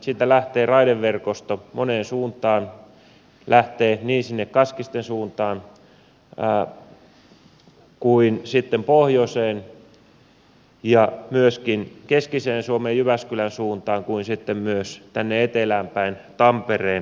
siitä lähtee raideverkosto moneen suuntaan lähtee niin sinne kaskisten suuntaan kuin sitten pohjoiseen ja myöskin keskiseen suomeen jyväskylän suuntaan ja sitten myös tänne etelään päin tampereen kautta